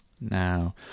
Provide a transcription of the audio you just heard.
Now